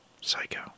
Psycho